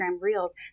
Reels